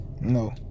No